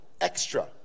extra